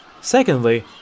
Secondly